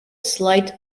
slight